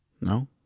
No